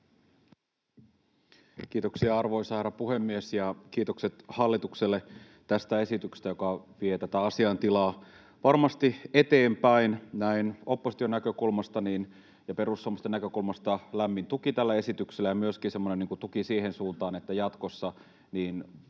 Kiitoksia, arvoisa herra puhemies! Ja kiitokset hallitukselle tästä esityksestä, joka vie tätä asiaintilaa varmasti eteenpäin. Näin opposition näkökulmasta ja perussuomalaisten näkökulmasta lämmin tuki tälle esitykselle ja myöskin tuki siihen suuntaan, että jatkossa